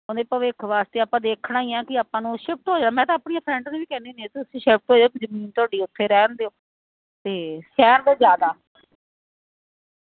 ਉਹਦੇ ਭਵਿੱਖ ਵਾਸਤੇ ਆਪਾਂ ਦੇਖਣਾ ਹੀ ਆ ਕਿ ਆਪਾਂ ਨੂੰ ਸ਼ਿਫਟ ਹੋਇਆ ਮੈਂ ਤਾਂ ਆਪਣੀ ਫਰੈਂਡ ਨੂੰ ਵੀ ਕਹਿੰਦੀ ਹੁੰਦੀ ਆ ਤੁਸੀਂ ਸ਼ਿਫਟ ਹੋ ਜੋ ਤੁਸੀਂ ਉੱਥੇ ਰਹਿਣ ਦਿਓ ਅਤੇ ਸ਼ਹਿਰ ਦਾ ਜ਼ਿਆਦਾ